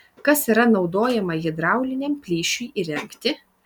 kas yra naudojama hidrauliniam plyšiui įrengti